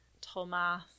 Thomas